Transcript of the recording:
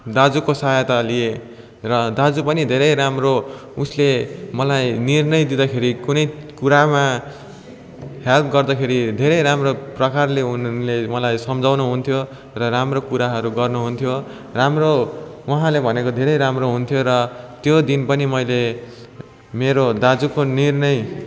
दाजुको सहायता लिएँ र दाजु पनि धेरै राम्रो उसले मलाई निर्णय दिँदाखेरि कुनै कुरामा हेल्प गर्दाखेरि धेरै राम्रो प्रकारले उनले मलाई सम्झाउनुहुन्थ्यो र राम्रो कुराहरू गर्नुहुन्थ्यो राम्रो उहाँले भनेको धेरै राम्रो हुन्थ्यो र त्यो दिन पनि मैले मेरो दाजुको निर्णय